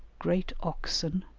great oxen,